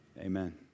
amen